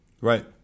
Right